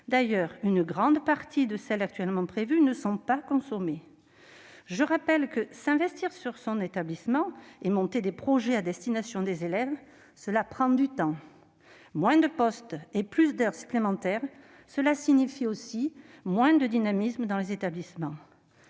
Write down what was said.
D'ailleurs, une grande partie des heures supplémentaires actuellement prévues ne sont pas consommées. S'investir dans son établissement et élaborer des projets à destination des élèves prend du temps. Moins de postes et plus d'heures supplémentaires, cela signifie aussi moins de dynamisme dans les établissements.